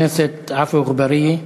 חבר הכנסת עפו אגבאריה.